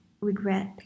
regret